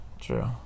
true